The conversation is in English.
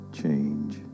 change